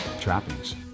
trappings